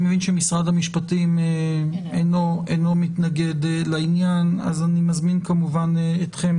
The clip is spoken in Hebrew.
אני מבין שמשרד המשפטים אינו מתנגד לעניין אז אני מזמין כמובן אתכם,